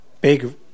big